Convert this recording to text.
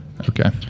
Okay